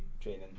training